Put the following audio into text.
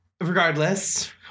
regardless